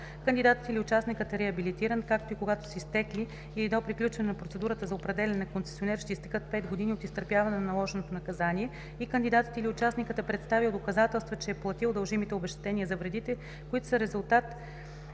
кандидатът или участникът е реабилитиран, както и когато са изтекли или до приключване на процедурата за определяне на концесионер ще изтекат 5 години от изтърпяване на наложеното наказание и кандидатът или участникът е представил доказателства, че е платил дължимите обезщетения за вредите, които са резултат